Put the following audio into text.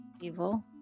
evil